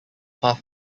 path